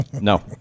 No